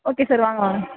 okay sir வாங்க வாங்க